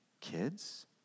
kids